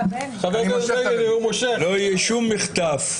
לא יהיה שום מחטף.